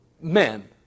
men